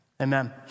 Amen